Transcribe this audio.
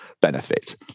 benefit